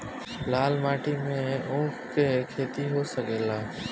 लाल माटी मे ऊँख के खेती हो सकेला?